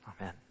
Amen